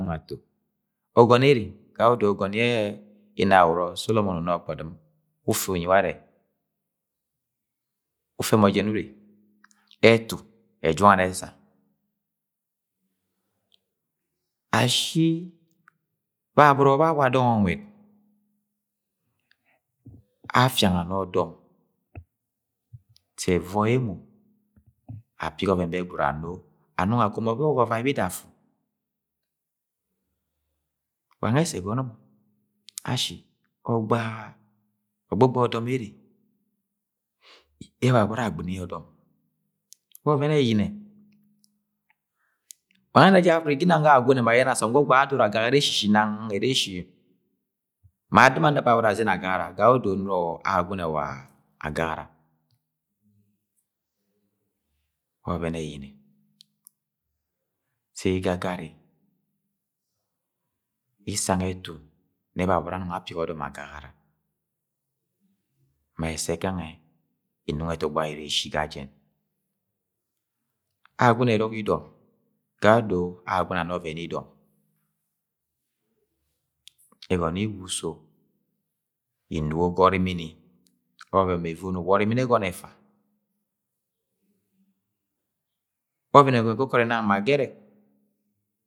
ọgọn ere gaye odo ọgọn yẹ inawọrọ solomo unoh ọgbọdɨm ufe unyi ware, ufẹmọ jẹn urre. etu ẹjunga ni esa, ashi babọrọ bẹ awa dọng ẹ nwẹt afianga ni ọdọm sẹ ẹvọi ẹmo apigi ọvẹn bẹ gwud ano anọng agọmọ bẹ ọvavai bida afu, wa nẹ ẹssẹ ẹgọnọ mọ ashi ọgbọgba ọdọm ere yẹ babọrọ agbɨni ọdọm wa ọvẹn ẹyiyine Nanwe ẹna je arre ginang ga Ahwagune ma, asom ga ọgwu ara adoro agara eshishi nang ere eshi ma adɨm aneba aboro azene agagara gayeodo nọrọ Agwagune wa agagara, wa ọvẹn eyiyine sẹ igagari isang etu nẹ babọrọ anọng apigi ọdọm agagara ma esse gange ẹnọng ẹtọgbo ayọrọ eshi ga jẹn. Agwagune ẹrogọ idọm gayeodo Agwagune ara ana ọvẹn idọm ẹgọni iwa uso inugo ga orimini ọven mẹ ẹvono, wa ọrimini ẹgọnọ ẹfa, ọvẹn ẹgọmọ ẹkokori nang ma gẹrẹk